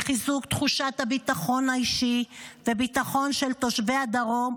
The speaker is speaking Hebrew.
בחיזוק תחושת הביטחון האישי והביטחון של תושבי הדרום,